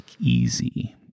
easy